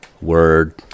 Word